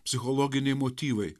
psichologiniai motyvai